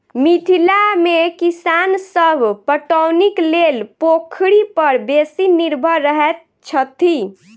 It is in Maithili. मिथिला मे किसान सभ पटौनीक लेल पोखरि पर बेसी निर्भर रहैत छथि